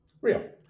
real